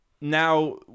Now